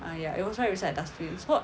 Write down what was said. ah ya it was tight beside the dustbin so